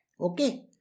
Okay